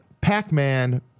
Pac-Man